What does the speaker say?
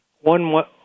One